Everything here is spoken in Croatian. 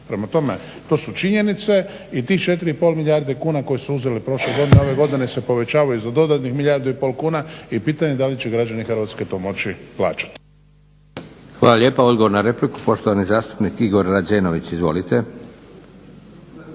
Prema tome, to su činjenice i tih 4,5 milijarde kuna koje su uzeli prošle godine ove godine se povećavaju za dodatnih milijardu i pol kuna i pitanje je da li će građani Hrvatske to moći plaćati.